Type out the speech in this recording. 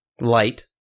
light